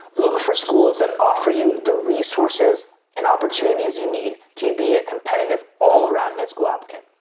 look for schools that offer you the resources and opportunities you need to be a competitive, all-around med school applicant.